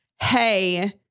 hey